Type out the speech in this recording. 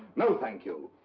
no, thank you.